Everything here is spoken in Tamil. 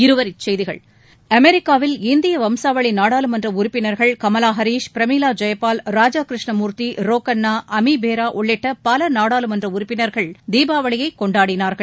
இருவரிச் செய்திகள் அமெரிக்காவில் இந்தியா வம்வாசளி நாடாளுமன்ற உறுப்பினர்கள் கமலா ஹரீஷ் பிரமீளா ஜெயபால் ராஜா கிருஷ்ணமூர்த்தி ரோக்கண்ணா அமீ பேரா உள்ளிட்ட பல நாடாளுமன்ற உறுப்பினர்கள் தீபாவளியைக் கொண்டாடினார்கள்